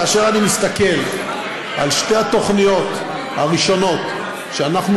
כאשר אני מסתכל על שתי התוכניות הראשונות שאנחנו